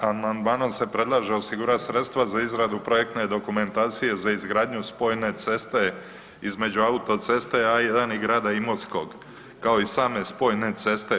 Amandmanom se predlaže osigurat sredstva za izradu projektne dokumentacije za izgradnju spojene ceste između autoceste A1 i grada Imotskog kao i same spojene ceste.